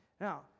Now